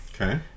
Okay